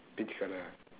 beige colour